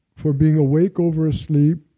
for being awake over asleep,